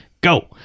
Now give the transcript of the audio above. go